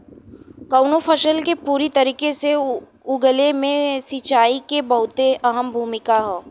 कउनो फसल के पूरी तरीके से उगले मे सिंचाई के बहुते अहम भूमिका हौ